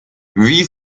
wie